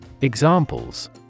Examples